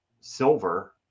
silver